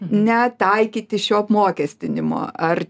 netaikyti šio apmokestinimo ar